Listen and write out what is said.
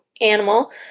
animal